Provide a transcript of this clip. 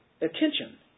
attention